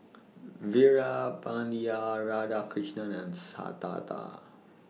Veerapandiya Radhakrishnan and Tata